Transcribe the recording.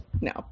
no